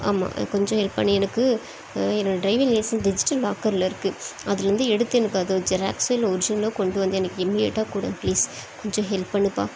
ஆமாம் எனக்கு கொஞ்சம் ஹெல்ப் பண்ணு எனக்கு என்னுடைய ட்ரைவிங் லைசன்ஸ் டிஜிட்டல் லாக்கர்ல இருக்குது அதுலயிருந்து எடுத்து எனக்கு அது ஒரு ஜெராக்ஸ்ஸோ இல்லை ஒர்ஜினலோ கொண்டு வந்து எனக்கு இமீடியட்டாக கொடேன் ப்ளீஸ் கொஞ்சம் ஹெல்ப் பண்ணுப்பா